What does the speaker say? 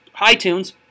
iTunes